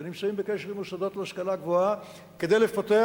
ונמצאים בקשר עם מוסדות להשכלה גבוהה כדי לפתח